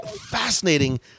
fascinating